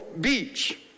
beach